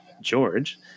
George